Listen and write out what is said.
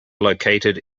located